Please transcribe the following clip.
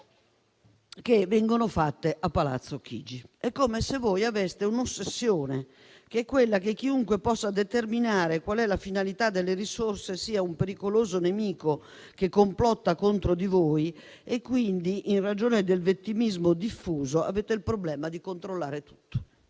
che vengono istituite a Palazzo Chigi. È come se voi aveste l'ossessione che chiunque possa determinare qual è la finalità delle risorse sia un pericoloso nemico che complotta contro di voi e quindi, in ragione del vittimismo diffuso, avete il problema di controllare tutto.